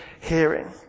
hearing